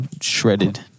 shredded